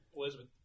Elizabeth